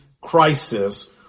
crisis